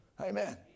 amen